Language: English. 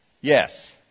Yes